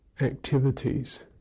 activities